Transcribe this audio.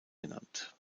genannt